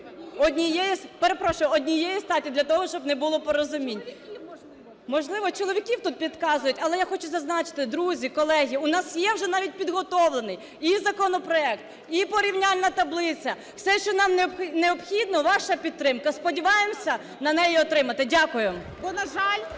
для того, щоб не було непорозумінь… Можливо, чоловіків, тут підказують. Але, я хочу зазначити, друзі, колеги, у нас є вже навіть підготовлений і законопроект, і порівняльна таблиця. Все, що нам необхідно – ваша підтримка. Сподіваємося на неї отримати. Дякую.